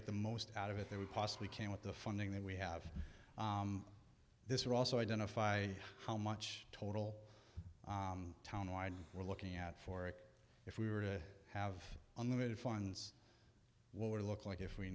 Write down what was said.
get the most out of it that we possibly can with the funding that we have this or also identify how much total town wide we're looking at for it if we were to have unlimited funds what would look like if we